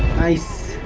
nice